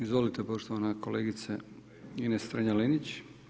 Izvolite poštovana kolegice Ines Strenja-Linić.